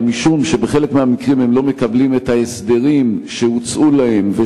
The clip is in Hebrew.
אלא משום שבחלק מהמקרים הם לא מקבלים את ההסדרים שהוצעו להם,